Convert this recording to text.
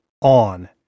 on